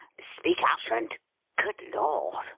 speak up, and good lord!